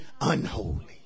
unholy